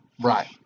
Right